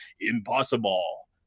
impossible